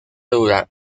durar